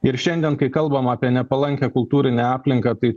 ir šiandien kai kalbam apie nepalankią kultūrinę aplinką tai